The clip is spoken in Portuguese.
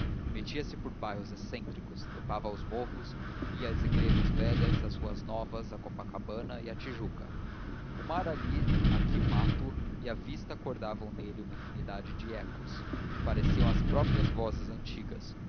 triste metia-se por bairros excêntricos trepava aos morros ia às igrejas velhas às ruas novas à copacabana e à tijuca o mar ali aqui o mato e a vista acordavam nele uma infinidade de ecos que pareciam as próprias vozes antigas